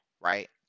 right